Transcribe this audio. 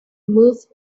moved